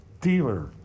Dealer